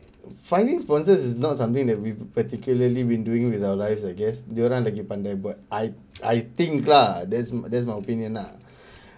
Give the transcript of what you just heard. finding sponsors is not something that we particularly been doing with our lives I guess dia orang lagi pandai but I I think lah that's that's my opinion lah